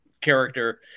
character